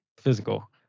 physical